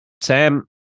sam